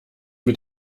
mit